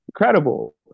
incredible